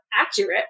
accurate